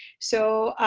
so